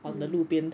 mm